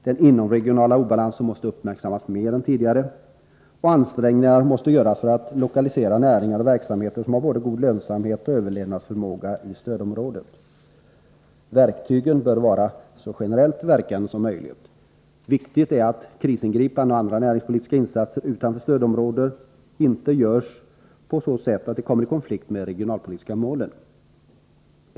Den inomregionala obalansen måste uppmärksammas mer än tidigare, och ansträngningar måste göras för att lokalisera näringar och verksamheter med både god lönsamhet och överlevnadsförmåga till stödområdet. Medlen bör vara så generellt verkande som möjligt. Viktigt är att krisingripanden och andra näringspolitiska insatser utanför stödområdet inte görs på så sätt att de kommer i konflikt med de regionalpolitiska målen.